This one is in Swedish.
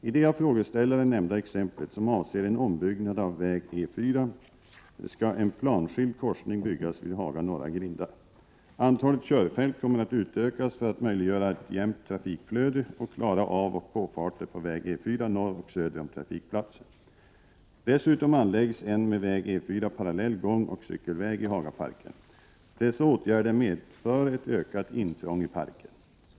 I det av frågeställaren nämnda exemplet, som avser en ombyggnad av väg E 4, skall en planskild korsning byggas vid Haga norra grindar. Antalet körfält kommer att utökas för att möjliggöra ett jämnt trafikflöde och klara avoch påfarter på väg E 4 norr och söder om trafikplatsen. Dessutom anläggs en med väg E 4 parallell gångoch cykelväg i Hagaparken. Dessa åtgärder medför ett ökat intrång i parken.